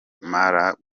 numara